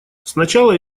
сначала